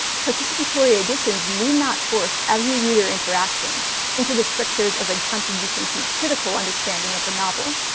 participatory editions need not force every reader interaction into the strictures of a contribution to critical understanding of the novel.